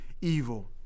evil